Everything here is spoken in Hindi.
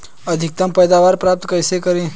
अधिकतम पैदावार प्राप्त कैसे करें?